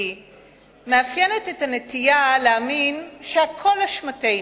מאפיינת את הנטייה להאמין שהכול אשמתנו.